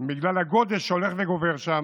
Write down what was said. בגלל הגודש שהולך וגובר שם: